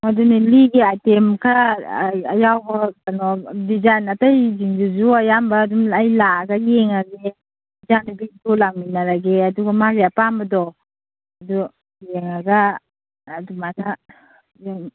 ꯑꯗꯨꯅꯤ ꯂꯤꯒꯤ ꯑꯥꯏꯇꯦꯝ ꯈꯔ ꯑꯌꯥꯎꯕ ꯗꯤꯖꯥꯏꯟ ꯑꯇꯩꯁꯤꯡꯗꯨꯁꯨ ꯑꯌꯥꯝꯕ ꯑꯩ ꯂꯥꯛꯂꯒ ꯌꯦꯡꯂꯒꯦ ꯏꯆꯥ ꯅꯨꯄꯤꯁꯨ ꯂꯥꯛꯃꯤꯟꯅꯔꯒꯦ ꯑꯗꯨꯒ ꯃꯥꯒꯤ ꯑꯄꯥꯝꯕꯗꯣ ꯑꯗꯨ ꯌꯦꯡꯂꯒ ꯑꯗꯨꯃꯥꯏꯅ